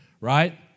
Right